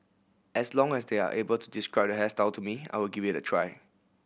as long as they are able to describe the hairstyle to me I will give it a try